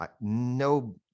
no